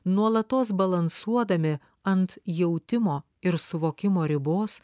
nuolatos balansuodami ant jautimo ir suvokimo ribos